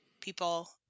people